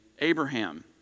Abraham